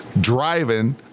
driving